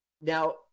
Now